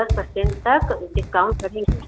दस परसेंट तक डिस्काउंट रखेंगे